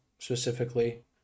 Specifically